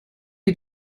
you